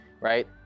right